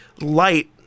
light